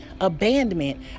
abandonment